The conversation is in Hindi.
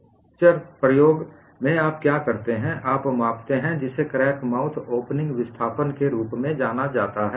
फ्रैक्चर टफनेस प्रयोग में आप क्या करते हैं आप मापते हैं जिसे क्रैक माउथ ओपनिंग विस्थापन के रूप में जाना जाता है